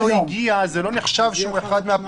אם אדם לא הגיע, זה לא נחשב שהוא אחד מהפעמיים.